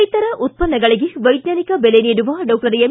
ರೈತರ ಉತ್ಪನ್ನಗಳಿಗೆ ವೈಜ್ಞಾನಿಕ ಬೆಲೆ ನೀಡುವ ಡಾಕ್ಷರ್ ಎಂ